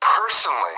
Personally